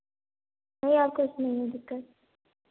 नहीं आपको इसमें है दिक्कत